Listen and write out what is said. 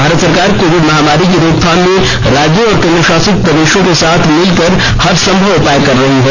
भारत सरकार कोविड महामारी की रोकथाम में राज्यों और केन द्र शासित प्रदेशों के साथ मिलकर हर संभव उपाय कर रही है